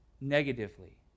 negatively